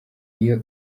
iyo